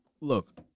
Look